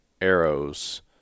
arrows